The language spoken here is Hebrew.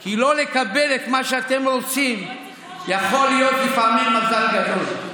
כי לא לקבל את מה שאתם רוצים יכול להיות לפעמים מזל גדול.